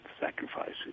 sacrifices